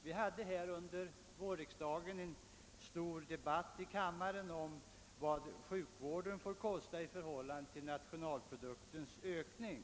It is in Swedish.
Vi hade under vårriksdagen en stor debatt här i kammaren om vad sjukvården får kosta i förhållande till nationalproduktens ökning.